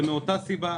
זה מאותה סיבה.